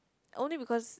only because